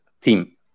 team